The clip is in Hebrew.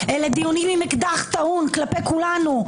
אלה דיונים עם אקדח טעון כלפי כולנו,